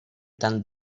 tant